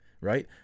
right